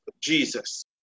jesus